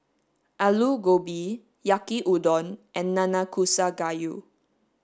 Alu Gobi Yaki udon and Nanakusa gayu